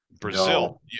Brazil